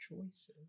choices